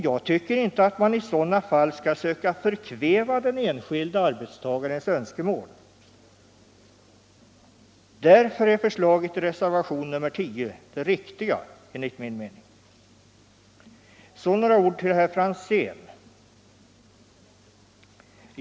Jag tycker inte att man i sådana fall skall söka förkväva den enskilda arbetstagarens önskemål, och därför är förslaget i reservationen 10 det riktiga enligt min mening. Så några ord till herr Franzén i Stockholm.